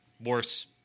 Worse